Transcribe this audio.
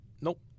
Nope